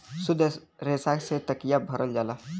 सुद्ध रेसा से तकिया भरल जाला